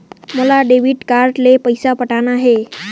मोला debit card ले पइसा पटाना हे?